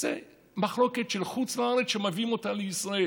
זה מחלוקת של חו"ל שמביאים אותה לישראל.